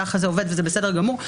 ככה זה עובד וזה בסדר גמור.